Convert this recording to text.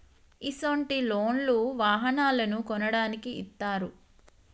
ఇసొంటి లోన్లు వాహనాలను కొనడానికి ఇత్తారు